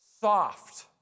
soft